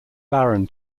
barron